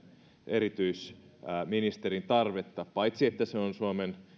erityisministerin tarvetta paitsi että se on suomen